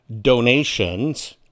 donations